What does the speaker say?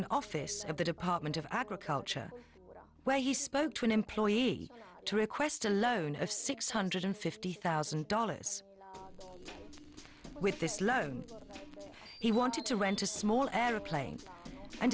an office at the department of agriculture where he spoke to an employee to request a loan of six hundred fifty thousand dollars with this loan he wanted to rent a small airplane and